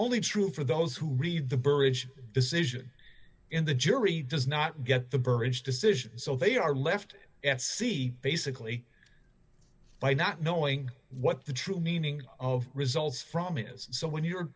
only true for those who read the berish decision in the jury does not get the burrage decision so they are left s c basically by not knowing what the true meaning of results from it is so when you're